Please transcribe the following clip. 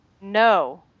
No